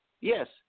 Yes